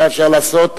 מה אפשר לעשות,